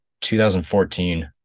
2014